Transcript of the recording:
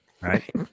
Right